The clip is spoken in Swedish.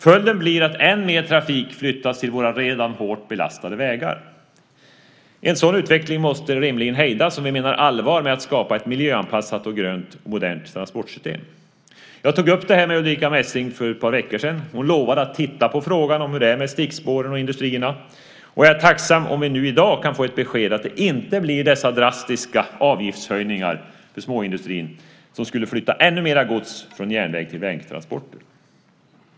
Följden blir att ännu mer trafik flyttas till våra redan hårt belastade vägar. En sådan utveckling måste rimligen hejdas om vi menar allvar med att skapa ett miljöanpassat och grönt modernt transportsystem. Jag tog upp detta med Ulrica Messing för ett par veckor sedan. Hon lovade att titta på frågan om hur det är med stickspåren och industrierna. Jag är tacksam om vi i dag kan få beskedet att det inte blir sådana här drastiska avgiftshöjningar för småindustrin, som då skulle flytta ännu mera gods från järnväg till vägtransporter.